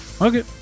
Okay